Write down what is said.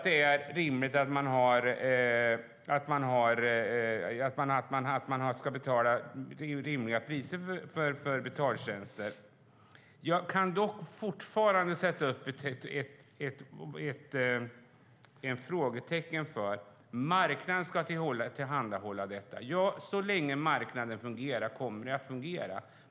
Det är vettigt att man ska betala rimliga priser för betaltjänster. Jag kan dock sätta frågetecken vid att marknaden ska tillhandahålla detta. Ja, så länge marknaden fungerar går det bra.